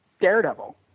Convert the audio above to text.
Daredevil